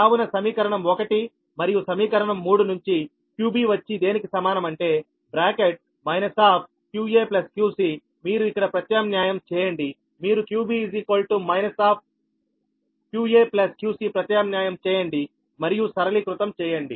కావున సమీకరణం 1 మరియు సమీకరణం 3 నుంచి qbవచ్చి దేనికి సమానం అంటే బ్రాకెట్ qaqc మీరు ఇక్కడ ప్రత్యామ్నాయం చేయండి మీరు qb qaqcప్రత్యామ్నాయం చేయండి మరియు సరళీకృతం చేయండి